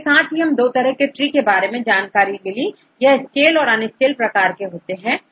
इसके साथ ही दो तरह के ट्री के बारे में जानकारी मिली यह स्केल और un स्केल प्रकार के होते हैं